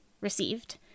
received